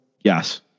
Yes